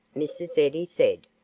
mrs. eddy said.